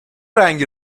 رنگی